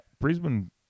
Brisbane